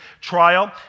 trial